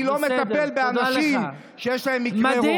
אני לא מטפל באנשים שיש להם מקרי ראש.